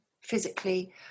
physically